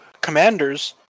commanders